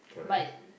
but